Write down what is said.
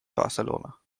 barcelona